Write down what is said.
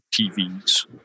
TVs